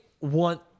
want